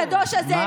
הקדוש הזה,